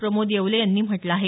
प्रमोद येवले यांनी म्हटलं आहे